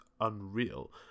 unreal